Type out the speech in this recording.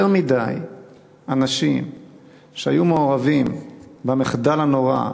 יותר מדי אנשים שהיו מעורבים במחדל הנורא,